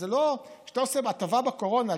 כשאתה עושה הטבה בקורונה,